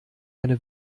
eine